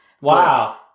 wow